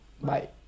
Bye